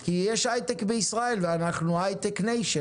כי מספיק שיש הייטק בישראל ואנחנו הייטק ניישן.